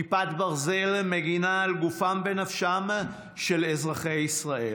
כיפת ברזל מגינה על גופם ונפשם של אזרחי ישראל.